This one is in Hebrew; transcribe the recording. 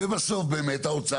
ובסוף באמת האוצר,